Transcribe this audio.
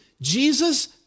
Jesus